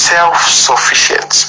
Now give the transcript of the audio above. self-sufficient